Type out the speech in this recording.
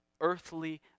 earthly